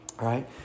right